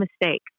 mistake